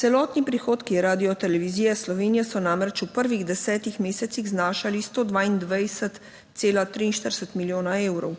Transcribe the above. Celotni prihodki Radiotelevizije Slovenija so namreč v prvih desetih mesecih znašali 122,43 milijona evrov,